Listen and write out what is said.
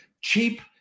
cheap